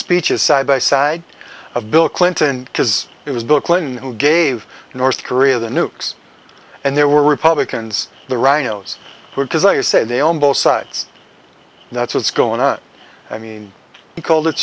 speeches side by side of bill clinton because it was bill clinton who gave north korea the nukes and they were republicans the rhinos were because like you say they own both sides that's what's going on i mean he called